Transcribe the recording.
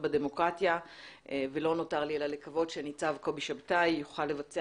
בדמוקרטיה ולא נותר לי אלא לקוות שניצב קובי שבתאי יוכל לבצע